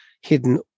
hidden